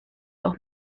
auch